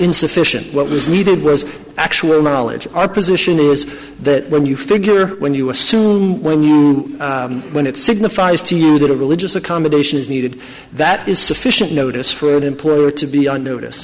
insufficient what was needed was actual knowledge our position is that when you figure when you assume when it signifies to you that a religious accommodation is needed that is sufficient notice for an employer to be on notice